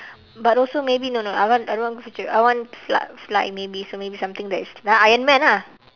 but also maybe no no I want I don't want future I want fly fly maybe so maybe something that is like ironman ah